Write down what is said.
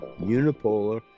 unipolar